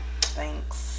Thanks